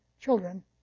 children